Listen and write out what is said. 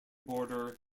border